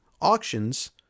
auctions